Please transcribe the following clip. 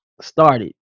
started